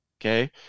okay